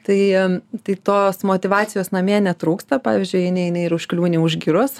tai tai tos motyvacijos namie netrūksta pavyzdžiui eini eini ir užkliūni už giros